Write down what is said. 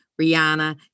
Rihanna